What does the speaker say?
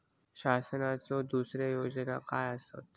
शासनाचो दुसरे योजना काय आसतत?